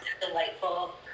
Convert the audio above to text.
delightful